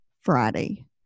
friday